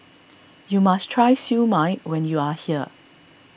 you must try Siew Mai when you are here